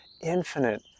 infinite